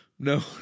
No